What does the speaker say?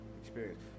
experience